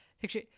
picture